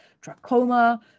trachoma